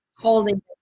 Holding